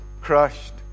crushed